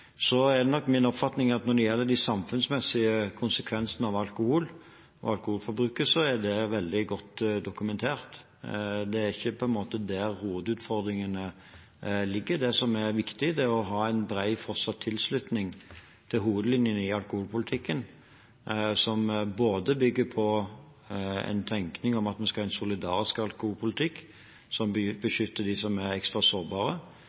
Så er det nok min oppfatning at når det gjelder de samfunnsmessige konsekvensene av alkohol og alkoholforbruk, er de veldig godt dokumentert. Det er på en måte ikke der hovedutfordringene ligger. Det som er viktig, er fortsatt å ha en bred tilslutning til hovedlinjene i alkoholpolitikken, som både bygger på en tenkning om at vi skal ha en solidarisk alkoholpolitikk, og beskytter dem som er ekstra sårbare,